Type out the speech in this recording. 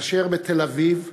כאשר בתל-אביב,